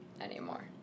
anymore